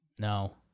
No